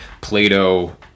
Plato